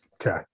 Okay